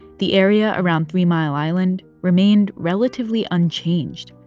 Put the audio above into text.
the area around three mile island remained relatively unchanged.